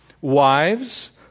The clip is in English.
Wives